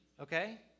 Okay